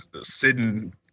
sitting